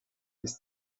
ist